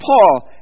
Paul